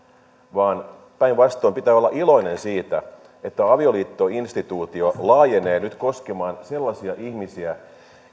vaan päinvastoin pitää olla iloinen siitä että avioliittoinstituutio laajenee nyt koskemaan sellaisia ihmisiä